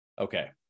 Okay